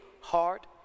heart